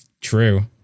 True